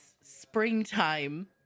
springtime